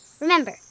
remember